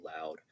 loud